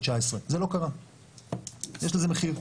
2019. זה לא קרה ויש לזה מחיר.